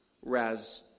Whereas